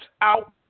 out